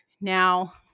Now